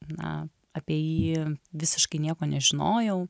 na apie jį visiškai nieko nežinojau